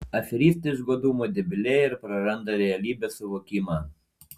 aferistai iš godumo debilėja ir praranda realybės suvokimą